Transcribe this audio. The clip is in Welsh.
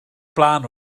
blaen